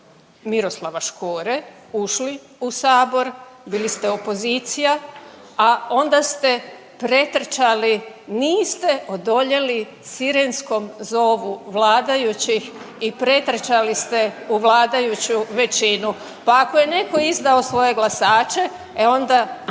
Miroslava Škore ušli u Sabor, bili ste opozicija, a onda ste pretrčali, niste odoljeli sirenskom zovu vladajućih i pretrčali ste u vladajuću većinu. Pa ako je netko izdao svoj glasače e onda